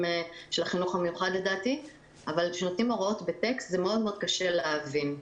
של החינוך המיוחד כשנותנים הוראות בטקסט זה קשה להבין,